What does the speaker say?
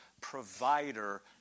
provider